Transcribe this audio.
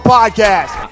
Podcast